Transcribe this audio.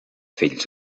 fills